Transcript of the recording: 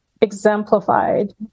exemplified